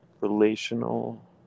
relational